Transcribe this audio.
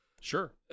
Sure